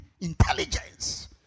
Intelligence